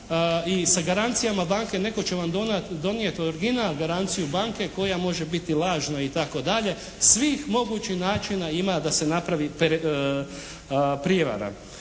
i sa garancijama banke, netko će vam donijeti original garanciju banke koja može biti lažna itd. Svih mogućih načina ima da se napravi prijevara.